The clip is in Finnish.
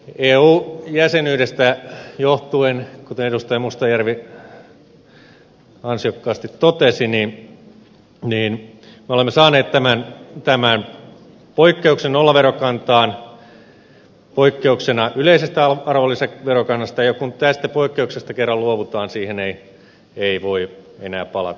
eu jäsenyydestä johtuen kuten edustaja mustajärvi ansiokkaasti totesi me olemme saaneet tämän poikkeuksen nollaverokantaan poikkeuksena yleisestä arvonlisäverokannasta ja kun tästä poikkeuksesta kerran luovutaan siihen ei voi enää palata